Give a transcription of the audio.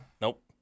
Nope